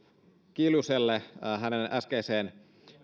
kiljuselle liittyen hänen äskeiseen